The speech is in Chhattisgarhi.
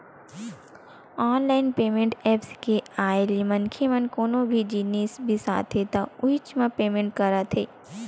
ऑनलाईन पेमेंट ऐप्स के आए ले मनखे मन कोनो भी जिनिस बिसाथे त उहींच म पेमेंट करत हे